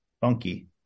funky